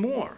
more